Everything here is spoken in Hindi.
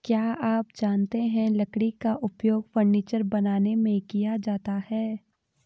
क्या आप जानते है लकड़ी का उपयोग फर्नीचर बनाने में किया जाता है?